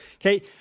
Okay